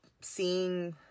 seeing